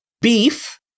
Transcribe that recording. beef